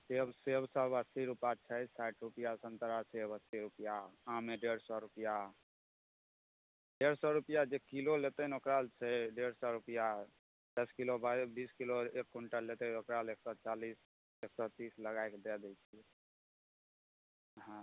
सेब सेब तऽ सब अस्सी रूपआ छै साठि रूपैआ संतरा सेब अस्सी रूपैआ आम हय डेढ़ सए रूपैआ डेढ़ सए रूपैआ जे किलो लेतै ने ओकरा लै छै डेढ़ सए रूपैआ दश किलो बीस किलो एक क्विंटल लेतै ओकरा लै एक सए चालिस एक सए तीस लगैके दय दै छियै हँ